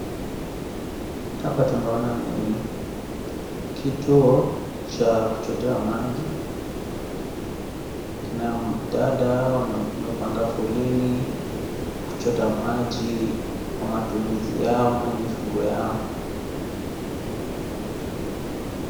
Hapa tunaona ni kituo cha kuchotea maji, akina dada wamepanga foleni kuchota maji kwa matumizi yao na mifugo yao.